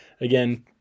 again